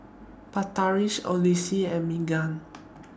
Patric Eloise and Magen